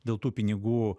dėl tų pinigų